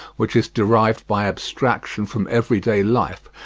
which is derived by abstraction from everyday life,